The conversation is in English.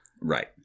Right